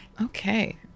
Okay